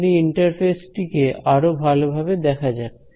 এখন এই ইন্টারফেস টি কে আরো ভালোভাবে দেখা যাক